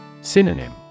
Synonym